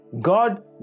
God